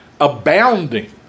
Abounding